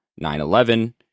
9-11